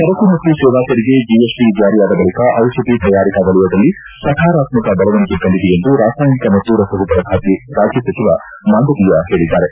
ಸರಕು ಮತ್ತು ಸೇವಾ ತೆರಿಗೆ ಜಿಎಸ್ಟಿ ಜಾರಿಯಾದ ಬಳಿಕ ದಿಷಧಿ ತಯಾರಿಕಾ ವಲಯದಲ್ಲಿ ಸಕಾರಾತ್ಕ ದೆಳವಣಿಗೆ ಕಂಡಿದೆ ಎಂದು ರಾಸಾಯನಿಕ ಮತ್ತು ರಸಗೊಬ್ಲರ ಖಾತೆ ರಾಜ್ಯ ಸಚಿವ ಮಾಂಡವೀಯ ಹೇಳಿದ್ದಾರೆ